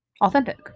authentic